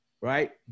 right